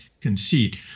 conceit